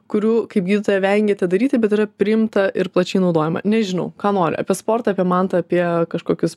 kurių kaip gydytoja vengiate daryti bet yra priimta ir plačiai naudojama nežinau ką nori apie sportą apie mantą apie kažkokius